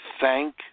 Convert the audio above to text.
thank